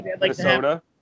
Minnesota